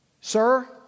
Sir